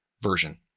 version